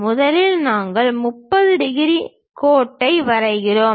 முதலில் நாங்கள் 30 டிகிரி கோட்டை வரைகிறோம்